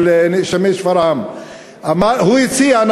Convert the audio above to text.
הוא הציע,